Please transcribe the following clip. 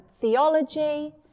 theology